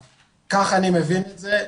כך אני מבין את זה.